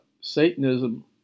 Satanism